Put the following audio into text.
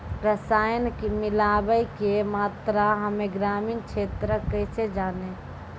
रसायन मिलाबै के मात्रा हम्मे ग्रामीण क्षेत्रक कैसे जानै?